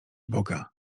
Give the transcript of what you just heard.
boga